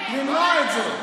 מותר לו,